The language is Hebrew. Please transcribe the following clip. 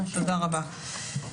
תודה רבה.